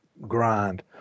grind